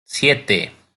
siete